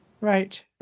right